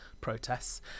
protests